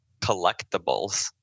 collectibles